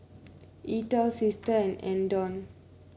Eathel Sister and Andon